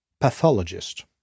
pathologist